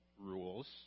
rules